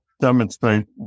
demonstrate